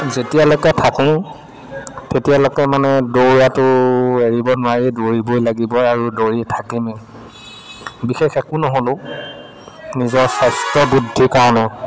যেতিয়ালৈকে থাকোঁ তেতিয়ালৈকে মানে দৌৰাটো এৰিব নোৱাৰি দৌৰিবই লাগিব আৰু দৌৰি থাকিমেই বিশেষ একো নহ'লেও নিজৰ স্বাস্থ্য বুদ্ধিৰ কাৰণে